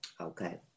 Okay